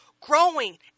Growing